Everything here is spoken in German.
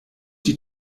die